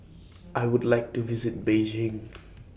I Would like to visit Beijing